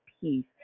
peace